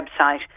website